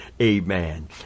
amen